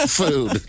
food